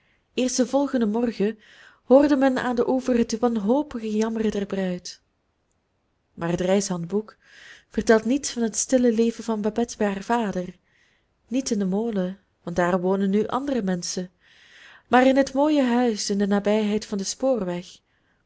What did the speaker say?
eerst den volgenden morgen hoorde men aan den oever het wanhopige jammeren der bruid maar het reishandboek vertelt niets van het stille leven van babette bij haar vader niet in den molen want daar wonen nu andere menschen maar in het mooie huis in de nabijheid van den spoorweg